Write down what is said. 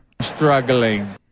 Struggling